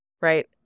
right